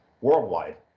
worldwide